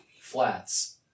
flats